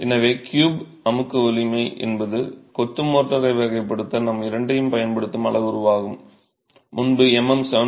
எனவே க்யூப் அமுக்கு வலிமை என்பது கொத்து மோர்டரை வகைப்படுத்த நாம் இரண்டையும் பயன்படுத்தும் அளவுருவாகும் முன்பு MM 7